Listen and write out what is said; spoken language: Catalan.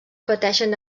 pateixen